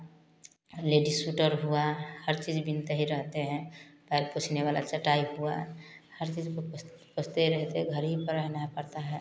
ladies sweater हुआ हर चीज़ बुनते ही रहते हैं पैर पोंछने वाला चटाई हुआ हर चीज़ पोंछते रहते घर ही पर रहना पड़ता है